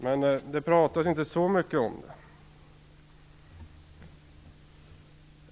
Men det pratas inte så mycket om det.